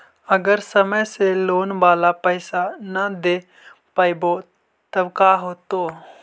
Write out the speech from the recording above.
अगर समय से लोन बाला पैसा न दे पईबै तब का होतै?